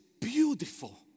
beautiful